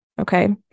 Okay